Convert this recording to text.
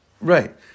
Right